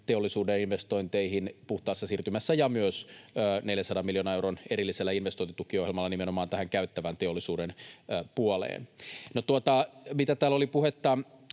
teollisuuden investointeihin puhtaassa siirtymässä ja myös 400 miljoonan euron erillisellä investointitukiohjelmalla nimenomaan tähän käyttävän teollisuuden puoleen. Mitä täällä oli puhetta